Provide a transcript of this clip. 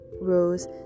rose